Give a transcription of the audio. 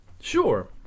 Sure